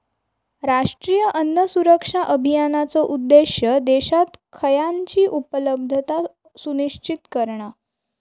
राष्ट्रीय अन्न सुरक्षा अभियानाचो उद्देश्य देशात खयानची उपलब्धता सुनिश्चित करणा